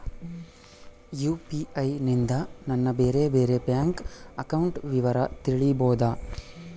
UPI ನಿಂದ ನನ್ನ ಬೇರೆ ಬೇರೆ ಬ್ಯಾಂಕ್ ಅಕೌಂಟ್ ವಿವರ ತಿಳೇಬೋದ?